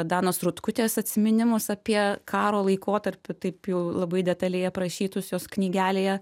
danos rutkutės atsiminimus apie karo laikotarpį taip jau labai detaliai aprašytus jos knygelėje